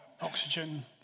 oxygen